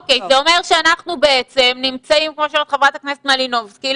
זה אומר שכמו שאמרה חברת הכנסת מלינובסקי,